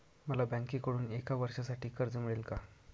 मला बँकेकडून एका वर्षासाठी कर्ज मिळेल का?